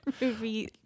movie